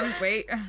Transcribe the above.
Wait